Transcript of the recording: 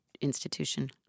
institution